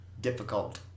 difficult